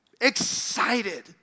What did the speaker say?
excited